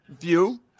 view